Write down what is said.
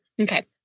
Okay